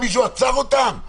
מישהו עצר אותם?